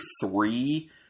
three